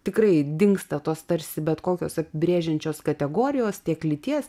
tikrai dingsta tos tarsi bet kokios apibrėžiančios kategorijos tiek lyties